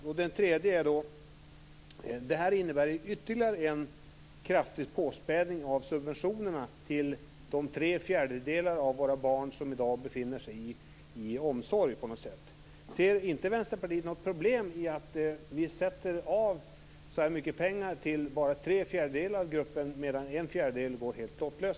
Det tredje som jag vill ta upp är att det här ju innebär ytterligare en kraftig påspädning av subventionerna till de tre fjärdedelar av våra barn som i dag befinner sig i omsorg på något sätt. Ser inte Vänsterpartiet något problem med att vi sätter av så här mycket pengar till bara tre fjärdedelar av gruppen medan en fjärdedel går helt lottlös?